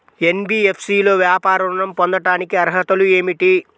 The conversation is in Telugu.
ఎన్.బీ.ఎఫ్.సి లో వ్యాపార ఋణం పొందటానికి అర్హతలు ఏమిటీ?